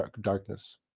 darkness